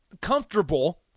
comfortable